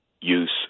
use